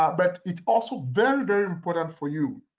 ah but it's also very, very important for you.